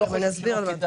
אני לא חושב שלא כדאי.